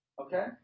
Okay